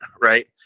Right